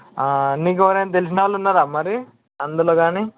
నీకు ఎవరన్న తెలిసిన వాళ్ళు ఉన్నారా మరి అందులో కానీ